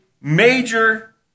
major